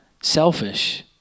selfish